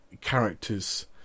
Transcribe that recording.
character's